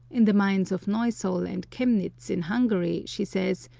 in the mines of neusol and chemnitz in hungary, she says,